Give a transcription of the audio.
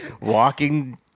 walking